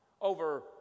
over